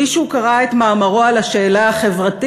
מישהו קרא את מאמרו "על השאלה החברתית",